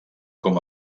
com